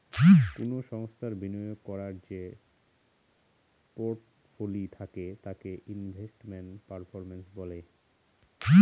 কোনো সংস্থার বিনিয়োগ করার যে পোর্টফোলি থাকে তাকে ইনভেস্টমেন্ট পারফরম্যান্স বলে